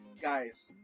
guys